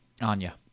Anya